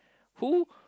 who